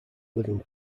living